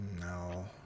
No